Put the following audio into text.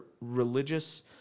religious